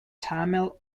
tamil